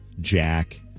Jack